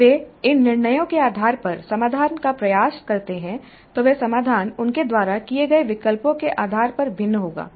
जब वे इन निर्णयों के आधार पर समाधान का प्रयास करते हैं तो वह समाधान उनके द्वारा किए गए विकल्पों के आधार पर भिन्न होगा